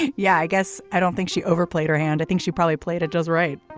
yeah i guess i don't think she overplayed her hand. i think she probably played it does right